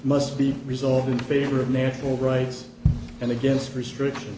must be resolved in favor of natural rights and against restriction